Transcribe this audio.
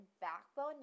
backbone